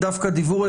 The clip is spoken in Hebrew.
חוק מרשם